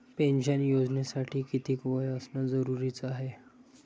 Pension योजनेसाठी कितीक वय असनं जरुरीच हाय?